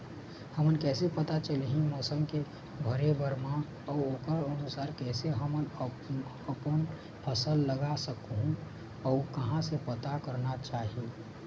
हमन कैसे पता चलही मौसम के भरे बर मा अउ ओकर अनुसार कैसे हम आपमन फसल लगा सकही अउ कहां से पता करना चाही?